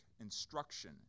instruction